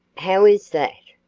how is that?